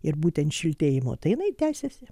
ir būtent šiltėjimo tai jinai tęsiasi